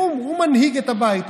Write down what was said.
הוא מנהיג את הבית,